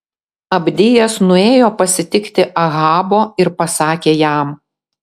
abdijas nuėjo pasitikti ahabo ir pasakė jam